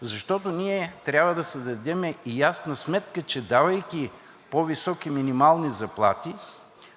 пазара. Ние трябва да си дадем ясна сметка, че давайки по-високи минимални заплати,